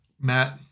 Matt